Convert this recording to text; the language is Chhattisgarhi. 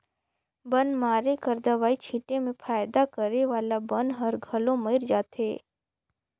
बन मारे कर दवई छीटे में फायदा करे वाला बन हर घलो मइर जाथे